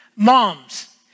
Moms